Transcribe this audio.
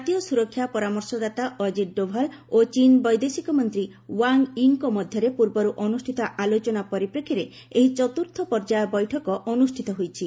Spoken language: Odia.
ଜାତୀୟ ସୁରକ୍ଷା ପରାମର୍ଶଦାତା ଅଜ୍ଜିତ ଡୋଭାଲ୍ ଓ ଚୀନ୍ ବୈଦେଶିକ ମନ୍ତ୍ରୀ ୱାଙ୍ଗ୍ ଇ ଙ୍କ ମଧ୍ୟରେ ପୂର୍ବରୁ ଅନୁଷ୍ଠିତ ଆଲୋଚନା ପରିପ୍ରେକ୍ଷୀରେ ଏହି ଚତୁର୍ଥ ପର୍ଯ୍ୟାୟ ବୈଠକ ଅନୁଷ୍ଠିତ ହୋଇଛି